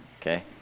Okay